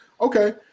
Okay